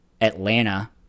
Atlanta